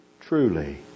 Truly